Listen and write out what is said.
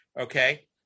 Okay